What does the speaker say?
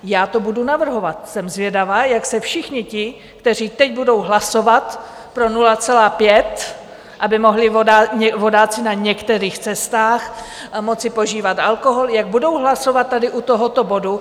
Já to budu navrhovat, jsem zvědavá, jak se všichni ti, kteří teď budou hlasovat pro 0,5, aby mohli vodáci na některých cestách moci požívat alkohol, jak budou hlasovat tady u tohoto bodu.